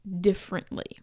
differently